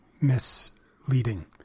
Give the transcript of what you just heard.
misleading